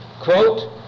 quote